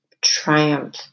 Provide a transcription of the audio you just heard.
triumph